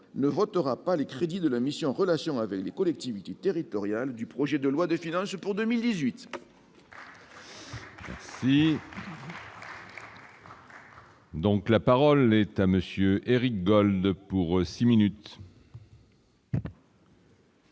ne votera pas les crédits de la mission en relation avec les collectivités territoriales du projet de loi de finances pour 2018. Donc, la parole est à monsieur Éric Gold pour 6 minutes. Monsieur